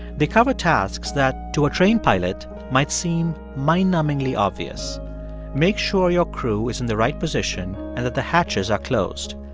they covered tasks that to a trained pilot might seem mind-numbingly obvious make sure your crew is in the right position and that the hatches are closed.